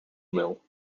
mill